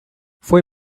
foi